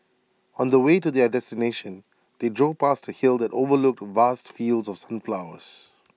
on the way to their destination they drove past A hill that overlooked vast fields of sunflowers